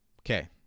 Okay